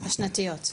השנתיות.